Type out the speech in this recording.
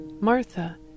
Martha